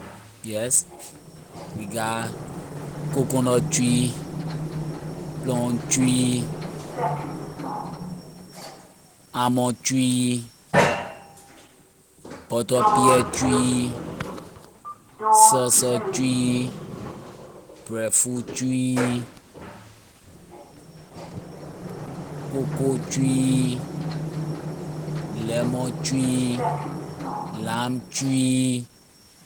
Yes we got coconut tree plum tree armor tree butter pea tree sursur tree breadfruit tree cocoa tree lemon tree lime tree